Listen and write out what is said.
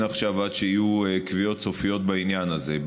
עכשיו עד שיהיו קביעות סופיות בעניין הזה.